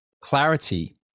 clarity